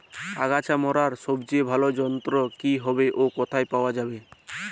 আগাছা মারার সবচেয়ে ভালো যন্ত্র কি হবে ও কোথায় পাওয়া যাবে?